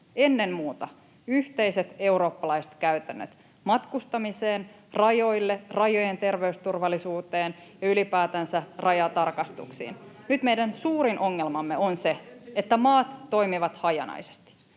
ennen muuta — yhteiset eurooppalaiset käytännöt matkustamiseen, rajoille, rajojen terveysturvallisuuteen ja ylipäätänsä rajatarkastuksiin. Nyt meidän suurin ongelmamme on se, että maat toimivat hajanaisesti.